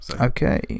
Okay